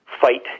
fight